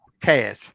cash